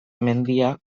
mendia